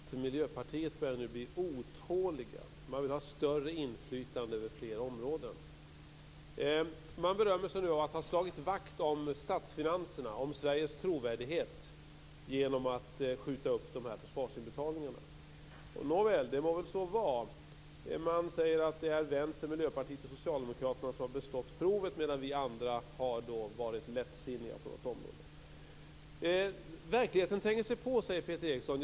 Fru talman! Peter Eriksson säger att Miljöpartiet nu börjar bli otåligt. Man vill ha större inflytande över fler områden. Man berömmer sig nu om att ha slagit vakt om statsfinanserna och Sveriges trovärdighet genom att skjuta upp försvarsinbetalningarna. Nåväl, det må så vara. Man säger att det är Vänstern, Miljöpartiet och Socialdemokraterna som har bestått provet, medan vi andra har varit lättsinniga på något område. Verkligheten tränger sig på, säger Peter Eriksson.